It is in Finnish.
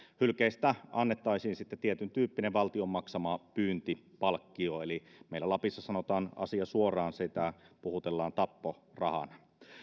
hylkeistä annettaisiin sitten tietyntyyppinen valtion maksama pyyntipalkkio meillä lapissa sanotaan asia suoraan sitä puhutellaan tapporahana